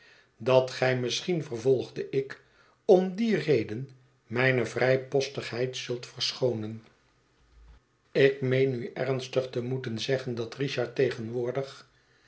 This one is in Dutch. dat gij misschien vervolgde ik om die reden mijne vrijpostigheid zult verschoonen ik meen u ernstig te moeten zeggen dat richard tegenwoordig